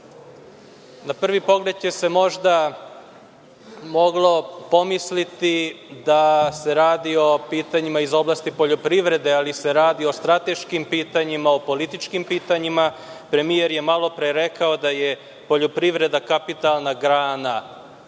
na prvi pogled se može pomisliti da se radi o pitanjima iz oblasti poljoprivrede, ali se radi o strateškim pitanjima, o političkim pitanjima. Premijer je malo pre rekao da je poljoprivredna kapitalna grana